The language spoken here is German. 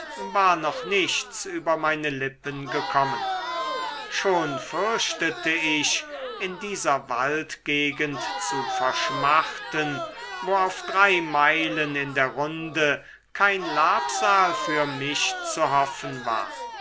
war noch nichts über meine lippen gekommen schon fürchtete ich in dieser waldgegend zu verschmachten wo auf drei meilen in der runde kein labsal für mich zu hoffen war